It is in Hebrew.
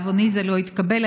ולדאבוני זה לא התקבל.